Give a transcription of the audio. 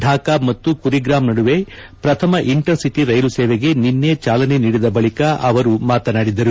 ಥಾಕಾ ಮತ್ತು ಕುರಿಗ್ರಾಮ ನಡುವೆ ಪ್ರಥಮ ಇಂಟರ್ ಸಿಟಿ ರೈಲು ಸೇವೆಗೆ ನಿನ್ನೆ ಚಾಲನೆ ನೀಡಿದ ಬಳಿಕ ಅವರು ಮಾತನಾಡಿದರು